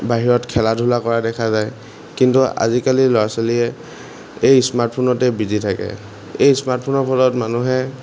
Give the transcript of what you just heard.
বাহিৰত খেলা ধূলা কৰা দেখা যায় কিন্তু আজিকালি ল'ৰা ছোৱালীয়ে এই স্মাৰ্টফোনতেই বিজি থাকে এই স্মাৰ্টফোনৰ ফলত মানুহে